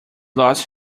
lost